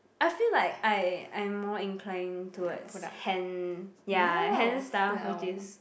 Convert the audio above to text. I feel like I I'm more inclined towards hand ya hand stuff which is